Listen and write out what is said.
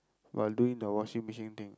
while doing the washing machine thing